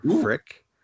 frick